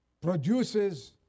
produces